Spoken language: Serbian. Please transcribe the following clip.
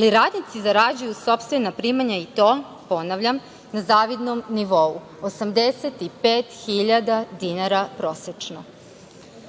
ali radnici zarađuju sopstvena primanja i to, ponavljam, na zavidnom nivou, 85.000 dinara prosečno. Treba